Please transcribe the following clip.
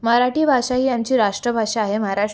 मराठी भाषा ही आमची राष्ट्रभाषा आहे महाराष्ट्र